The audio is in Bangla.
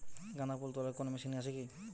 গাঁদাফুল তোলার কোন মেশিন কি আছে?